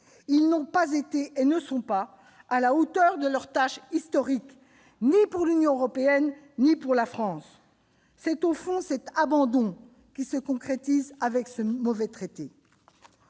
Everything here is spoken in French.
nos deux pays, ils ne sont pas à la hauteur de leur tâche historique ni pour l'Union européenne ni pour la France. Au fond, c'est un abandon qui se concrétise avec ce mauvais traité.